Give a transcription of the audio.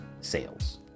sales